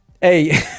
Hey